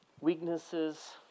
weaknesses